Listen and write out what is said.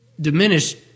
diminished